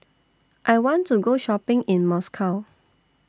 I want to Go Shopping in Moscow